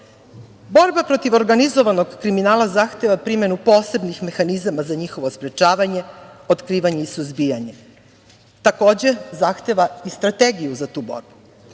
protiv organizovanog kriminala zahteva primenu posebnih mehanizama za njihovo sprečavanje, otkrivanje i suzbijanje, takođe zahteva i strategiju za tu borbu.